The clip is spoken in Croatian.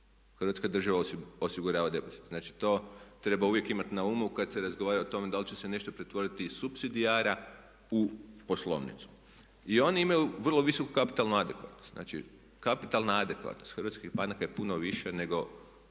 Hrvatska država osigurava depozit. Znači, to treba uvijek imati na umu kad se razgovara o tome da li će se nešto pretvoriti iz supsidijara u poslovnicu. I oni imaju vrlo visoku kapitalnu adekvatnost. Znači, kapitalna adekvatnost hrvatskih banaka je puno viša nego